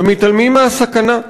ומתעלמים מהסכנה.